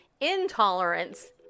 Intolerance